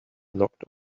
knocked